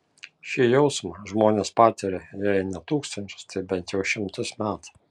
šį jausmą žmonės patiria jei ne tūkstančius tai bent jau šimtus metų